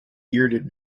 bearded